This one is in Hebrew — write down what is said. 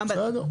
בסדר.